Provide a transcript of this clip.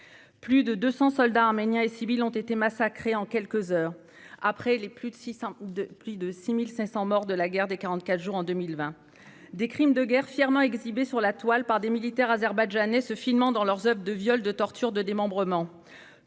personnes, soldats arméniens et civils, ont été massacrées en quelques heures, s'ajoutant aux plus de 6 500 morts déplorés lors de la guerre des 44 jours, en 2020. Les crimes de guerre sont fièrement exhibés sur la toile par des militaires azerbaïdjanais se filmant dans leurs oeuvres de viol, de torture et de démembrement.